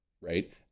right